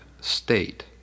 state